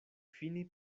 fini